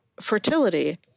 fertility